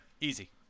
easy